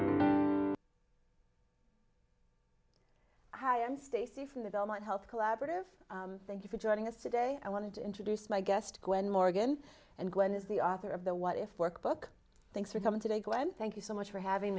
hi i'm stacy from the belmont health collaborative thank you for joining us today i wanted to introduce my guest gwen morgan and gwen is the author of the what if workbook thanks for coming today glenn thank you so much for having